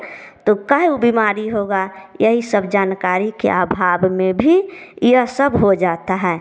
तो काहे वह बीमारी होगा यही सब जानकारी के अभाव में भी यह सब हो जाता है